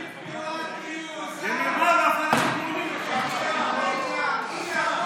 לוועדת החוץ והביטחון נתקבלה.